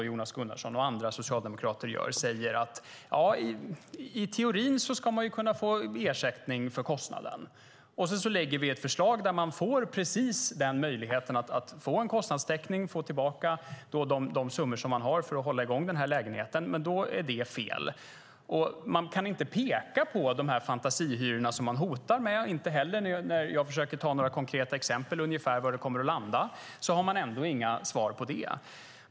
Jonas Gunnarsson och andra socialdemokrater säger att det i teorin ska gå att få ersättning för kostnaden. Men så lägger vi ett förslag där man får precis den möjligheten till kostnadstäckning och ersättning för de kostnader som man har för att hålla i gång lägenheten, och då är det fel. Man kan inte peka på de här fantasisummorna som man hotar med. När jag försöker ge några konkreta exempel på ungefär var det kommer att landa har man inga svar.